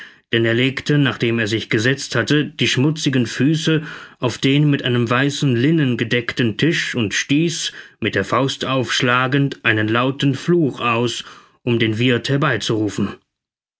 denn er legte nachdem er sich gesetzt hatte die schmutzigen füße auf den mit einem weißen linnen gedeckten tisch und stieß mit der faust aufschlagend einen lauten fluch aus um den wirth